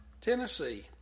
Tennessee